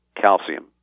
calcium